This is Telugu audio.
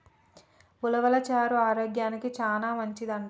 ఉలవలు చారు ఆరోగ్యానికి చానా మంచిదంట